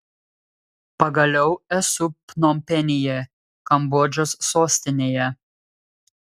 pagaliau esu pnompenyje kambodžos sostinėje